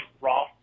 raw